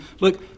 look